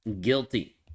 guilty